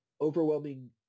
overwhelming